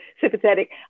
sympathetic